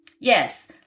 Yes